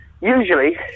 Usually